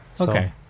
Okay